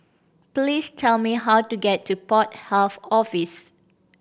please tell me how to get to Port Health Office